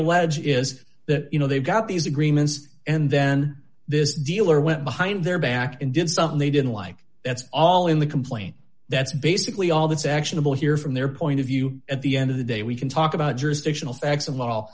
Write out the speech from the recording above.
allege is that you know they've got these agreements and then this dealer went behind their back and did something they didn't like that's all in the complaint that's basically all that's actionable here from their point of view at the end of the day we can talk about jurisdictional facts